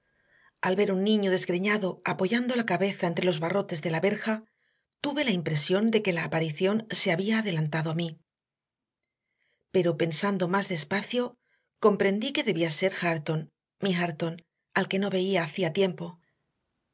al ver un niño desgreñado apoyando la cabeza contra los barrotes de la verja tuve la impresión de que la aparición se había adelantado a mí pero pensando más despacio comprendí que debía ser hareton mi hareton al que no veía hacía tiempo